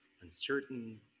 uncertain